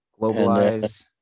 globalize